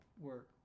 work